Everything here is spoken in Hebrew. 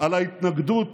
על ההתנגדות